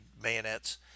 bayonets